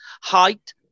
height